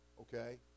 okay